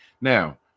Now